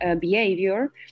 behavior